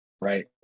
right